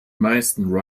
meisten